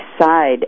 side